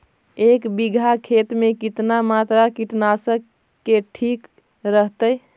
एक बीघा खेत में कितना मात्रा कीटनाशक के ठिक रहतय?